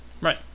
Right